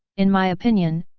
in my opinion,